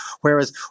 Whereas